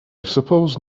suppose